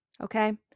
Okay